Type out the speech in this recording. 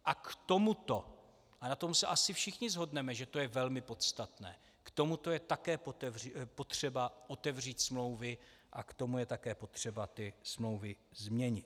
A k tomuto, a na tom se asi všichni shodneme, že to je velmi podstatné, k tomuto je také potřeba otevřít smlouvy a k tomu je také potřeba ty smlouvy změnit.